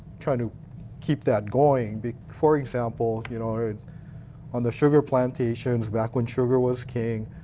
try to keep that going. for example, you know on the sugar plantations back when sugar was king,